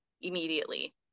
immediately